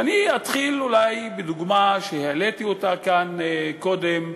ואני אתחיל אולי בדוגמה שהעליתי כאן קודם,